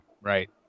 right